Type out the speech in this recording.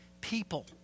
people